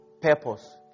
purpose